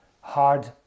hard